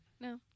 No